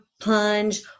plunge